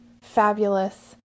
fabulous